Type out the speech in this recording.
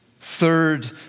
Third